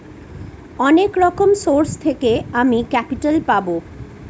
অনেক রকম সোর্স থেকে আমি ক্যাপিটাল পাবো